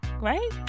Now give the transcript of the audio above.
Right